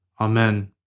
Amen